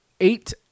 eight